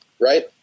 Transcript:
right